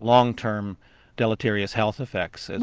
long-term deleterious health effects. and